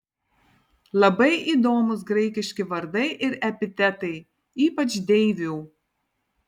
labai įdomūs graikiški vardai ir epitetai ypač deivių